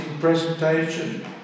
presentation